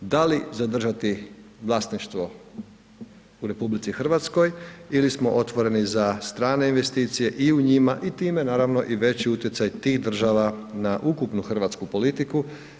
Da li zadržati vlasništvo u RH ili smo otvoreni za strane i investicije i u njima i time naravno i veći utjecaj tih država na ukupnu hrvatsku politiku?